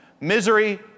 Misery